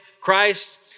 Christ